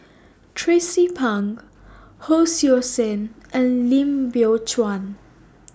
Tracie Pang Hon Sui Sen and Lim Biow Chuan